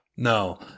No